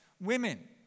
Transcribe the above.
women